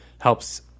helps